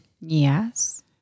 Yes